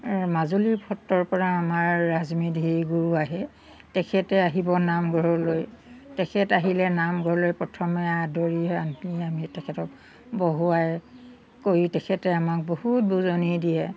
মাজুলীৰ সত্ৰৰ পৰা আমাৰ ৰাজমেধি গুৰু আহে তেখেতে আহিব নামঘৰলৈ তেখেত আহিলে নামঘৰলৈ প্ৰথমে আদৰি আনি আমি তেখেতক বহুৱাই কৰি তেখেতে আমাক বহুত বজুনি দিয়ে